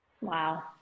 Wow